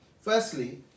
Firstly